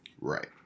Right